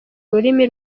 rurimi